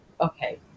okay